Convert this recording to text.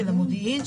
של המודיעין,